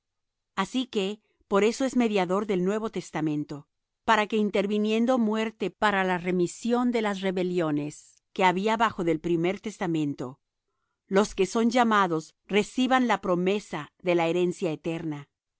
así que por eso es mediador del nuevo testamento para que interviniendo muerte para la remisión de las rebeliones que había bajo del primer testamento los que son llamados reciban la promesa de la herencia eterna